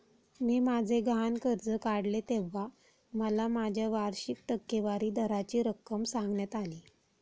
मी माझे गहाण कर्ज काढले तेव्हा मला माझ्या वार्षिक टक्केवारी दराची रक्कम सांगण्यात आली